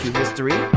history